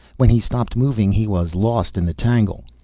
when he stopped moving he was lost in the tangle.